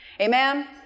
amen